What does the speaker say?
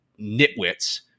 nitwits